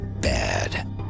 bad